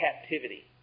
captivity